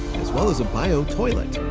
as well as a biotoilet.